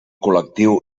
col·lectiu